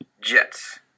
Jets